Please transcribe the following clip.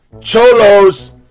cholos